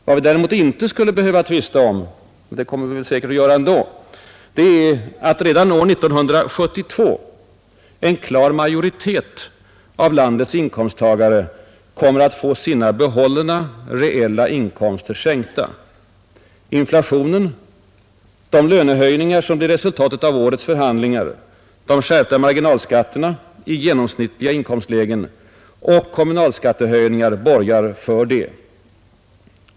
Vad vi däremot inte skulle behöva tvista om — men det kommer vi säkerligen att göra ändå — är att redan år 1972 en klar majoritet av landets inkomsttagare kommer att få sina behållna, reella inkomster sänkta. Inflationen, de lönehöjningar som blir resultatet av årets förhandlingar, de skärpta marginalskatterna i genomsnittliga inkomstlägen samt kommunalskattehöjningarna borgar för det.